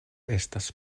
estas